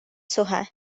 suhe